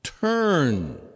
Turn